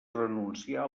renunciar